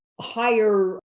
higher